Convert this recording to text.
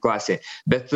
klasei bet